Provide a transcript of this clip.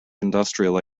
industrial